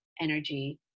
energy